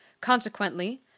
Consequently